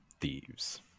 thieves